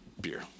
beer